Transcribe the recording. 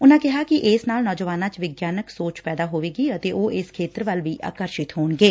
ਉਨਾਂ ਕਿਹਾ ਕਿ ਇਸ ਨਾਲ ਨੌਜਵਾਨਾਂ ਚ ਵਿਗਿਆਨਕ ਸੋਚ ਪੈਦਾ ਹੋਵੇਗੀ ਅਤੇ ਉਹ ਇਸ ਖੇਤਰ ਵੱਲ ਵੀ ਆਕਰਸ਼ਿਤ ਹੋਣਗੇ